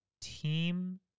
team